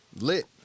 lit